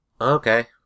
Okay